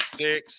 six